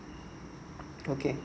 okay